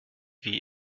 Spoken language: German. wie